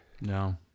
No